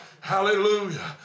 Hallelujah